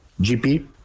GP